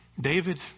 David